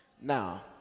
Now